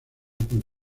con